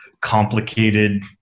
complicated